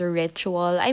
ritual